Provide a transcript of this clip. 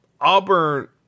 Auburn